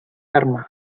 arma